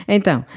Então